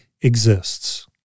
exists